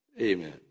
Amen